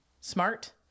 Smart